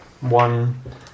one